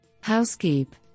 Housekeep